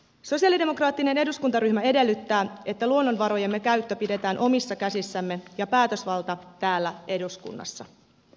sosialidemokraattinen eduskuntaryhmä edellyttää että luonnonvarojemme käyttö pidetään omissa käsissämme ja päätösvalta täällä eduskunnassa